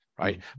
Right